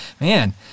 Man